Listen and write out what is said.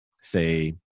say